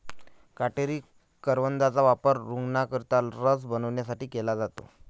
काटेरी करवंदाचा वापर रूग्णांकरिता रस बनवण्यासाठी केला जातो